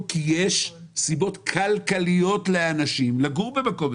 כי יש סיבות כלכליות לאנשים לגור במקום מסוים.